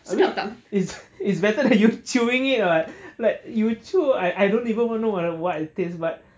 I mean it's it's better that you chewing it [what] like you chew I I don't even know what I taste but